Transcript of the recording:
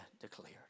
declared